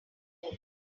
both